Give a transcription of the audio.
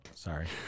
Sorry